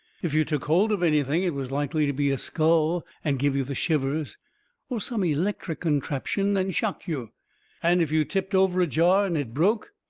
if you took hold of anything, it was likely to be a skull and give you the shivers or some electric contraption and shock you and if you tipped over a jar and it broke,